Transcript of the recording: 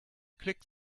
click